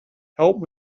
help